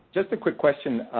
just a quick question.